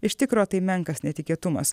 iš tikro tai menkas netikėtumas